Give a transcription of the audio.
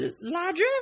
larger